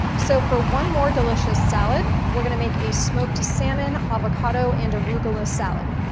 so for one more delicious salad, we're gonna make a smoked salmon, avocado and arugula salad.